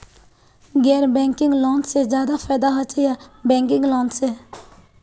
गैर banking loan से ज्यादा फायदा होचे या बैंकिंग लोन से?